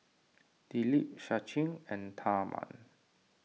Dilip Sachin and Tharman